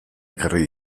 ekarri